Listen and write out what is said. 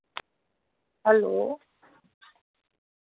hello